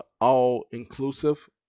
all-inclusive